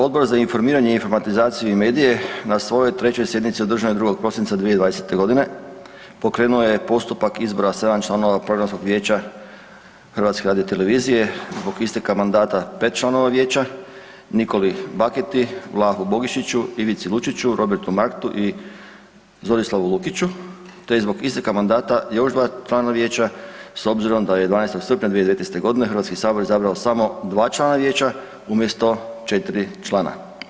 Odbor za informiranje, informatizaciju i medije na svojoj 3. sjednici održanoj 2. prosinca 2020. godine pokrenuo je postupak izbora 7 članova Programskog vijeća HRT-a zbog isteka mandata 5 članova vijeća Nikoli Baketi, Vlahi Bogišiću, Ivici Lučiću, Robertu Marktu i Zorislavu Lukiću te zbog isteka mandata još 2 člana vijeća s obzirom da je 12. srpnja 2019. godine Hrvatski sabor izabrao samo 2 člana vijeća umjesto 4 člana.